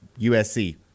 USC